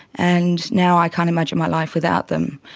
and now i can't imagine my life without them.